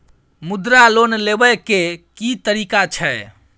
मुद्रा लोन लेबै के की तरीका छै?